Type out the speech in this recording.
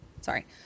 sorry